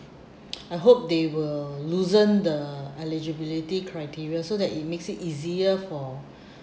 I hope they will loosen the eligibility criteria so that it makes it easier for